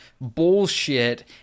bullshit